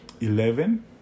Eleven